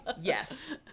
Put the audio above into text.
yes